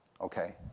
okay